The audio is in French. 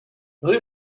rue